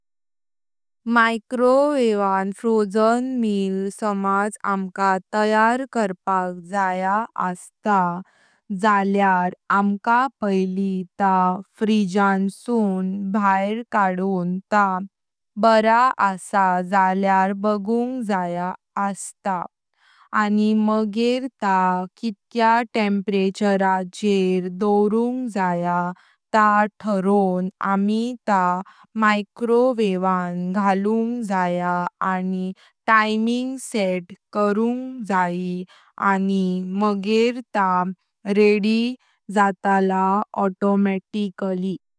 मायक्रोवेवन frozen meal समाज अंका तयार करपाक जाया असतां जाल्यार अंका पहली ता फ्रीजन सून भायर काडुं ता बरा आसा जाल्यार बागुंग जाया। आणि मगेर ता कितक्या टेम्परेचर चेर दोनवुंग जाया ता थोरों आमी ता मायक्रोवेवन घालुं जाया आणी टाइमिंग सेट करून जयी आणि मगेर ता रेडी जातला ऑटोमॅटिक।